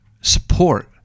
support